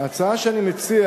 ההצעה שאני מציע